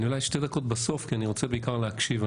אולי שתי דקות בסוף, כי אני רוצה בעיקר להקשיב.